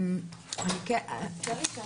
כן,